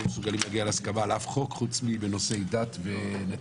הם לא מסוגלים להגיע להסכמה על אף חוק חוץ מנושאי דת ונתניהו,